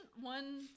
one